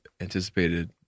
anticipated